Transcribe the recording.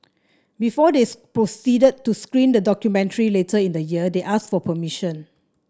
before this proceeded to screen the documentary later in the year they asked for permission